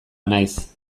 naiz